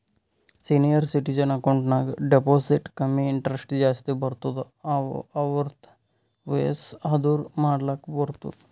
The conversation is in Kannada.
ಸೀನಿಯರ್ ಸಿಟಿಜನ್ ಅಕೌಂಟ್ ನಾಗ್ ಡೆಪೋಸಿಟ್ ಕಮ್ಮಿ ಇಂಟ್ರೆಸ್ಟ್ ಜಾಸ್ತಿ ಬರ್ತುದ್ ಅರ್ವತ್ತ್ ವಯಸ್ಸ್ ಆದೂರ್ ಮಾಡ್ಲಾಕ ಬರ್ತುದ್